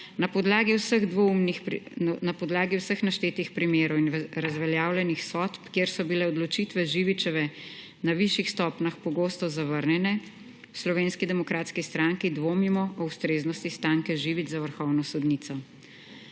Na podlagi vseh naštetih primerov in razveljavljenih sodb, kjer so bile odločitve Živičeve na višjih stopnjah pogosto zavrnjene, v SDS dvomimo o ustreznosti Stanke Živič za vrhovno sodnico.